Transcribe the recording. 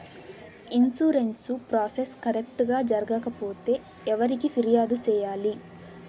insurance process correct గా జరగకపోతే ఎవరికి ఫిర్యాదు సేయాలి